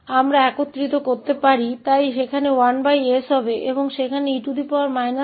तो हम गठबंधन कर सकते हैं इसलिए हमारे पास 1s हैं और फिर e x2 sx2 हैं